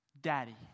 daddy